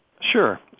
Sure